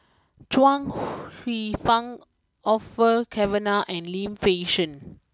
Chuang Hsueh Fang Orfeur Cavenagh and Lim Fei Shen